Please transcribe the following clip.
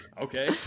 Okay